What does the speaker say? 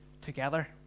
together